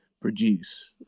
produce